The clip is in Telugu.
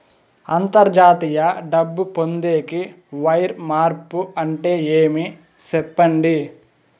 అంతర్జాతీయ డబ్బు పొందేకి, వైర్ మార్పు అంటే ఏమి? సెప్పండి?